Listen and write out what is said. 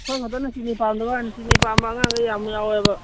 ꯑꯩꯈꯣꯏ ꯈꯛꯇꯅ ꯆꯤꯅꯤ ꯄꯥꯝꯗꯕ ꯆꯤꯅꯤ ꯄꯥꯝꯕ ꯑꯉꯥꯡꯒꯩ ꯌꯥꯝ ꯌꯥꯎꯋꯦꯕ